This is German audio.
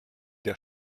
der